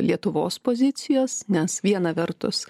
lietuvos pozicijos nes viena vertus